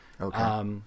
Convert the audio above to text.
Okay